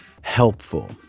helpful